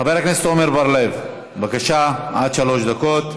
חבר הכנסת עמר בר-לב, בבקשה, עד שלוש דקות.